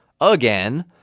again